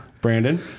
Brandon